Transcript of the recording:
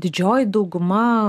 didžioji dauguma